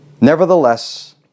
Nevertheless